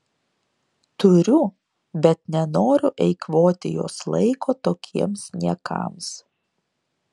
turiu bet nenoriu eikvoti jos laiko tokiems niekams